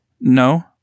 No